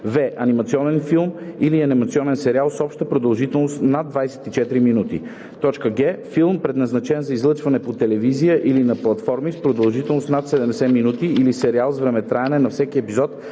в) анимационен филм или анимационен сериал с обща продължителност над 24 минути; г) филм, предназначен за излъчване по телевизия или на платформи с продължителност над 70 минути, или сериал с времетраене на всеки епизод